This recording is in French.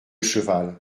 cheval